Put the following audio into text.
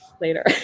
later